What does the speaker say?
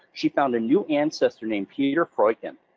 she found a new ancestor named peter freuchen,